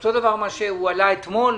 אותו דבר מה שהועלה אתמול,